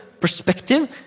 perspective